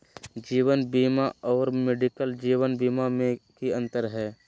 जीवन बीमा और मेडिकल जीवन बीमा में की अंतर है?